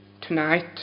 tonight